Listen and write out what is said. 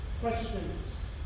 questions